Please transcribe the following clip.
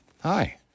Hi